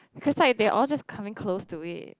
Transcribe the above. cause like they all just coming close to it